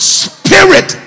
spirit